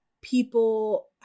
people